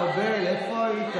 חבר הכנסת ארבל, איפה היית?